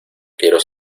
quiero